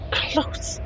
close